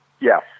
Yes